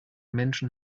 menschen